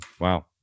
wow